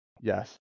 Yes